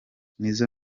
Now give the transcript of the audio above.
nizzo